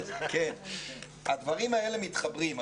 הדברים האלה מתחברים.